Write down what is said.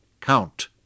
count